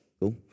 Cool